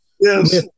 Yes